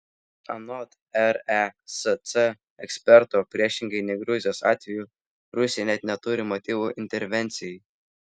anot resc eksperto priešingai nei gruzijos atveju rusija net neturi motyvo intervencijai